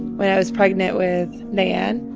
when i was pregnant with nayan.